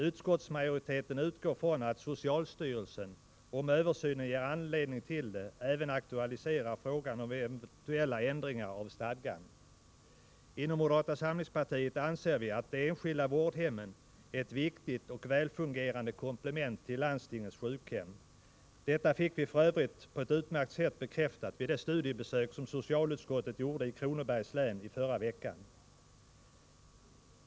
Utskottsmajoriteten utgår från att socialstyrelsen, om översynen ger anledning till det, även aktualiserar frågan om eventuella Inom moderata samlingspartiet anser vi att de enskilda vårdhemmen är ett viktigt och välfungerande komplement till landstingens sjukhem. Detta fick vi f.ö. på ett utmärkt sätt bekräftat vid det studiebesök som socialutskottet gjorde i Kronobergs län i förra veckan.